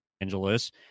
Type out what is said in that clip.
Angeles